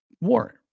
war